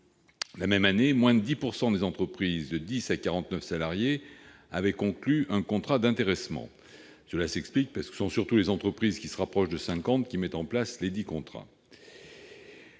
La même année, moins de 10 % des entreprises de 10 à 49 salariés avaient conclu un contrat d'intéressement ; ce sont surtout les entreprises qui se rapprochent de 50 salariés qui mettent en place ces contrats.